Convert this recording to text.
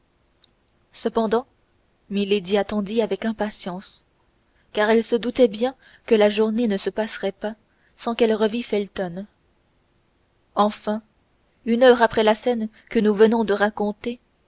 cependant milady attendit avec impatience car elle se doutait bien que la journée ne se passerait pas sans qu'elle revit felton enfin une heure après la scène que nous venons de raconter